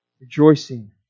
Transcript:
rejoicing